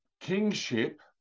kingship